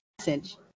message